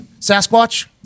Sasquatch